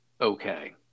okay